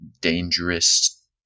dangerous